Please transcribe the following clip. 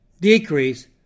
decrease